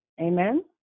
Amen